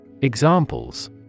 Examples